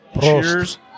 cheers